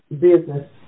business